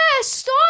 Stop